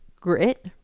grit